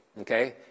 okay